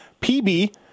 PB